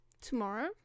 Tomorrow